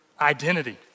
identity